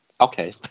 Okay